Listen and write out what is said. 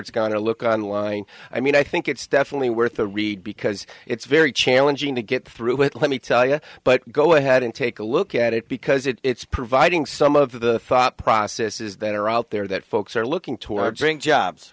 it's gone or look on line i mean i think it's definitely worth a read because it's very challenging to get through it let me tell you but go ahead and take a look at it because it's providing some of the thought processes that are out there that folks are looking towards ring jobs